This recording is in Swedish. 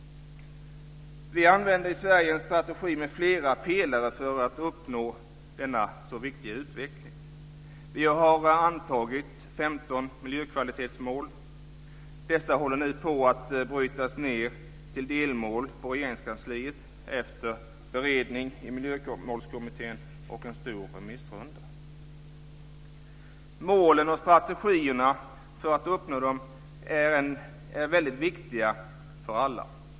Vi använder i Sverige en strategi med flera pelare för att uppnå denna så viktiga utveckling. Vi har antagit 15 miljökvalitetsmål. Dessa håller nu på att brytas ned till delmål i Regeringskansliet, efter beredning i Miljömålskommittén och en stor remissrunda. Målen och strategierna för att uppnå dem är väldigt viktiga för alla.